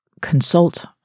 consult